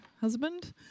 husband